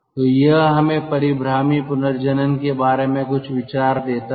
तो यह हमें परीभ्रामी पुनर्जनन के बारे में कुछ विचार देता है